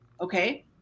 okay